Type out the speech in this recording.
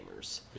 gamers